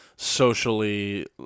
socially